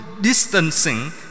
distancing